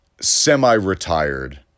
semi-retired